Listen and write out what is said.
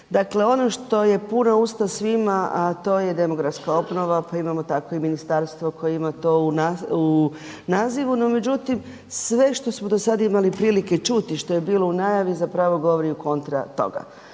Dakle, ono što je puna usta svima a to je demografska obnova, pa imamo tako i ministarstvo koje ima to u nazivu. No međutim, sve što smo do sad imali prilike čuti što je bilo u najavi zapravo govori kontra toga.